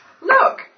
Look